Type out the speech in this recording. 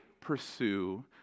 pursue